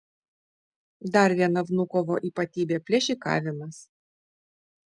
dar viena vnukovo ypatybė plėšikavimas